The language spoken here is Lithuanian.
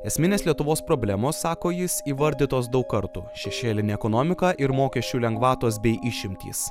esminės lietuvos problemos sako jis įvardytos daug kartų šešėlinė ekonomika ir mokesčių lengvatos bei išimtys